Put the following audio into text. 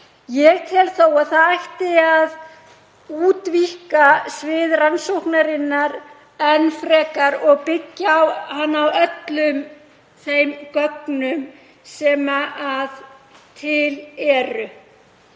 Ég tel þó að það ætti að útvíkka svið rannsóknarinnar enn frekar og byggja á öllum þeim gögnum sem til eru.